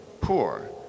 poor